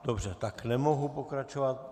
Dobře, nemohu pokračovat.